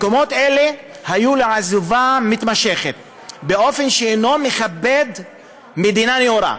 מקומות אלה היו לעזובה מתמשכת באופן שאינו מכבד מדינה נאורה.